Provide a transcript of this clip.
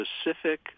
specific